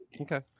Okay